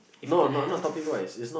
no not not topic wise it's not